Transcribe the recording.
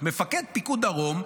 מפקד פיקוד דרום,